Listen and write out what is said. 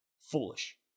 foolish